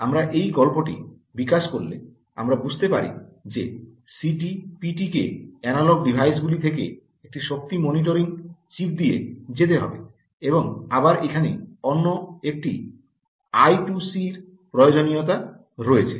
আমরা এই গল্পটি বিকাশ করলে আমরা বুঝতে পারি যে সিটি পিটি কে এনালগ ডিভাইস গুলি থেকে একটি শক্তি মনিটরিং চিপ দিয়ে যেতে হবে এবং আবার এখানে অন্য একটি আই 2 সি এর প্রয়োজনীয়তা রয়েছে